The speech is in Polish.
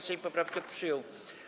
Sejm poprawkę przyjął.